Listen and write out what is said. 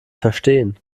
verstehen